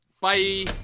Bye